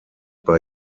bei